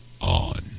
on